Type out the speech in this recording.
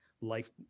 life